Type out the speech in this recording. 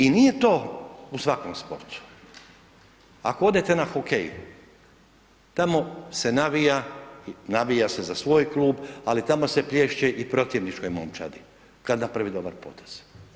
I nije to u svakom sportu, ako odete na hokej, tamo se navija, navija se za svoj klub ali tamo se plješče i protivničkoj momčadi kada napravi dobar potez.